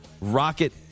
Rocket